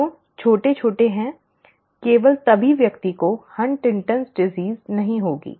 दोनों छोटे छोटे हैं ठीक है केवल तभी व्यक्ति को हंटिंग्टन की बीमारी Huntington's disease नहीं होगी